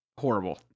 horrible